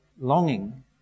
longing